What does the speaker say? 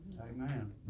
Amen